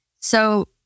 So-